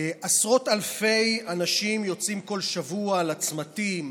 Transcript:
עשרות אלפי אנשים יוצאים כל שבוע לצמתים,